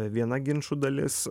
viena ginčų dalis